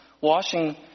Washing